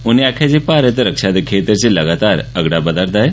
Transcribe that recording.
उनें आखेआ जे भारत रक्षा दे खेत्तर च लगातार अगड़ा बधा'रदा ऐ